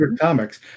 Comics